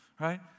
Right